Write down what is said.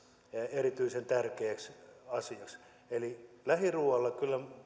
erityisen tärkeäksi asiaksi eli lähiruuasta kyllä